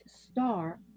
star